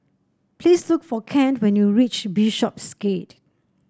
please look for Kent when you reach Bishopsgate